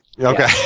Okay